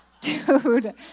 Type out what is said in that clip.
dude